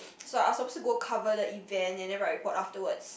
so I was supposed to go cover the event and then write a report afterwards